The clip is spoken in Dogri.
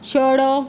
छोड़ो